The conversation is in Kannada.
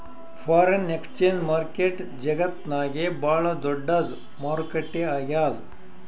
ಫಾರೆನ್ ಎಕ್ಸ್ಚೇಂಜ್ ಮಾರ್ಕೆಟ್ ಜಗತ್ತ್ನಾಗೆ ಭಾಳ್ ದೊಡ್ಡದ್ ಮಾರುಕಟ್ಟೆ ಆಗ್ಯಾದ